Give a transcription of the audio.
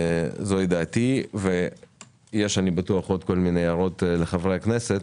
אני בטוח שיש עוד כל מיני הערות לחברי הכנסת.